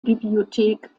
bibliothek